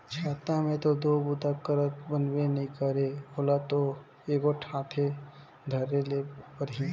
छाता मे दो बूता करत बनबे नी करे ओला दो एगोट हाथे धरेच ले परही